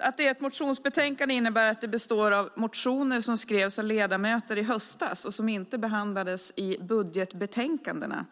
Att det är ett motionsbetänkande innebär att det behandlar motioner som skrevs av ledamöter i höstas och som inte behandlades i budgetbetänkandena.